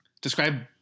Describe